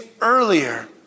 earlier